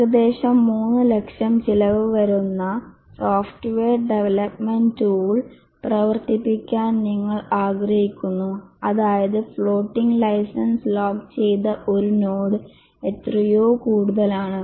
ഏകദേശം 300000 ചിലവ് വരുന്ന സോഫ്റ്റ്വെയർ ഡെവലപ്മെൻറ് ടൂൾ പ്രവർത്തിപ്പിക്കാൻ നിങ്ങൾ ആഗ്രഹിക്കുന്നു അതായത് ഫ്ലോട്ടിംഗ് ലൈസൻസ് ലോക്ക് ചെയ്ത ഒരു നോഡ് എത്രയോ കൂടുതലാണ്